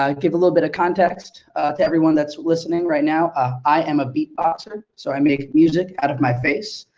give a little bit of context to everyone that's listening right now. ah i am a beat boxer, so i make music out of my face